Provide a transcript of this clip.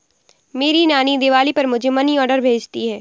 मेरी नानी दिवाली पर मुझे मनी ऑर्डर भेजती है